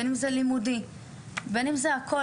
בין אם זה בתחום הלימודי ובין אם זה הכל.